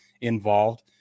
involved